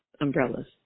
umbrellas